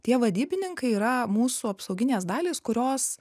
tie vadybininkai yra mūsų apsauginės dalys kurios